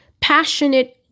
Passionate